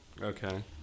Okay